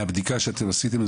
מהבדיקה שאתם עשיתם,